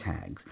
tags